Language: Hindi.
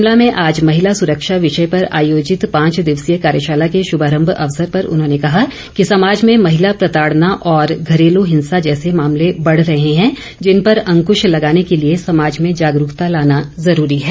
शिमला में आज महिला सुरक्षा विषय पर आयोजित पांच दिवसीय कार्यशाला के शुभारंभ अवसर पर उन्होंने कहा कि समाज में महिला प्रताडना और घरेलू हिंसा जैसे मामले बढ़ रहे हैं जिन पर अंकृश लगाने के लिए समाज में जागरूकता लाना जरूरी है